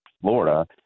Florida